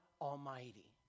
Almighty